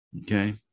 Okay